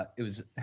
but it was